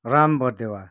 Ram Bardewa